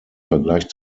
vergleich